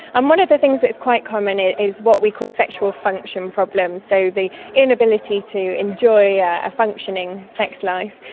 and one of the things that's quite common is what we call sexual function problems. so the inability to enjoy ah a functioning sex life,